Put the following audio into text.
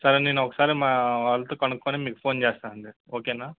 సరే నేను ఒకసారి మా వాళ్ళతో కనుక్కొని మీకు ఫోన్ చేస్తానండి ఓకేనా